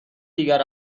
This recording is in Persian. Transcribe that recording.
دیگر